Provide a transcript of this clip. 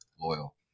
loyal